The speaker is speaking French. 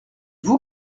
vous